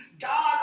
God